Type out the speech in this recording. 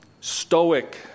stoic